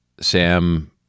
Sam